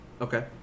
Okay